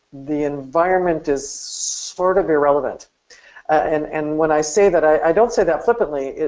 the environment is sort of irrelevant and and when i say that i don't say that flippantly.